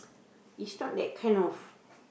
is not that kind of